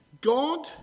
God